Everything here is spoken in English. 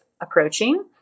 approaching